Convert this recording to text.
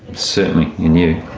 certainly in you.